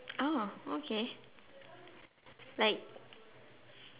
oh okay like